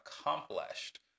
accomplished